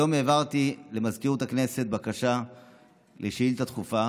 היום העברתי למזכירות הכנסת בקשה לשאילתה דחופה